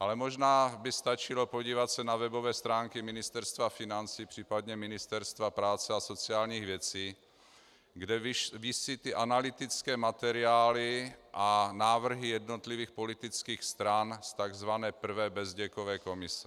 ale možná by stačilo se podívat na webové stránky Ministerstva financí, případně Ministerstva práce a sociálních věcí, kde visí analytické materiály a návrhy jednotlivých politických stran z tzv. prvé Bezděkovy komise.